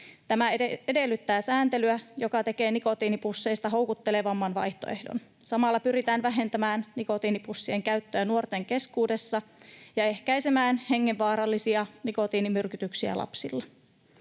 Tämä edellyttää sääntelyä, joka tekee nikotiinipusseista houkuttelevamman vaihtoehdon. Samalla pyritään vähentämään nikotiinipussien käyttöä nuorten keskuudessa ja ehkäisemään hengenvaarallisia nikotiinimyrkytyksiä lapsilla.